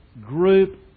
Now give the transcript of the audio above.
group